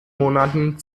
monaten